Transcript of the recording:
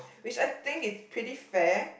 which I think is pretty fair